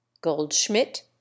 goldschmidt